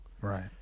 Right